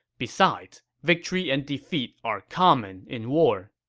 besides, victory and defeat are common in war.